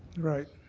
right.